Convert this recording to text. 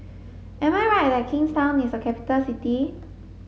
am I right that Kingstown is a capital city